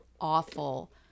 awful